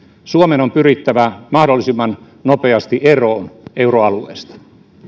suomen on pyrittävä mahdollisimman nopeasti eroon euroalueesta